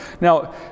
Now